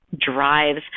drives